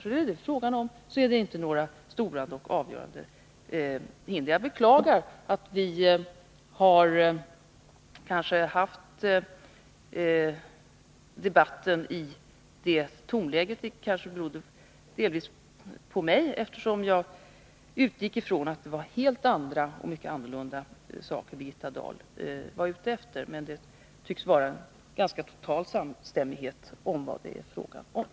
Som jag ser det är det inte fråga om några stora och avgörande hinder. Jag beklagar det tonläge i vilket vi har fört debatten. Det kanske delvis beror på mig, eftersom jag utgick från att det var helt andra saker som Birgitta Dahl var ute efter. Det tycks emellertid nu råda en total samstämmighet mellan oss om vad frågan gäller.